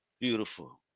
Beautiful